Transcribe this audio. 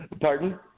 Pardon